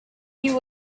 you